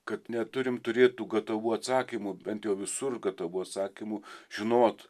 kad neturim turėt tų gatavų atsakymų bent jau visur gatavų atsakymų žinot